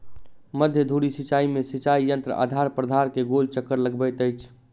मध्य धुरी सिचाई में सिचाई यंत्र आधार प्राधार के गोल चक्कर लगबैत अछि